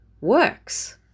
works